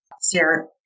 Sarah